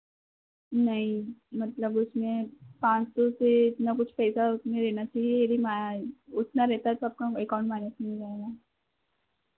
नहीं मतलब उसमें पाँच सौ से इतना कुछ पैसा उसमें रहना चाहिए यदि उतना रेहता है तो आपका एकाउंट माइनस में नहीं जाएगा